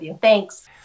Thanks